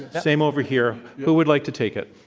same over here. who would like to take it?